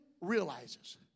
realizes